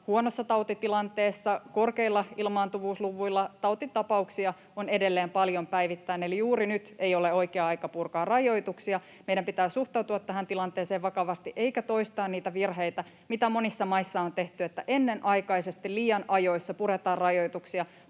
huonossa tautitilanteessa, korkeilla ilmaantuvuusluvuilla. Tautitapauksia on edelleen paljon päivittäin, eli juuri nyt ei ole oikea aika purkaa rajoituksia. Meidän pitää suhtautua tähän tilanteeseen vakavasti eikä toistaa niitä virheitä, mitä monissa maissa on tehty, että ennenaikaisesti, liian ajoissa puretaan rajoituksia